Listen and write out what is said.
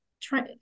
try